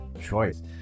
choice